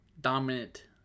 dominant